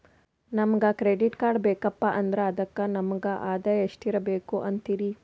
ನಮಗ credit card ಬೇಕಪ್ಪ ಅಂದ್ರ ಅದಕ್ಕ ನಮಗ ಆದಾಯ ಎಷ್ಟಿರಬಕು ಅಂತೀರಿ?